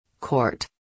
Court